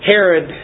Herod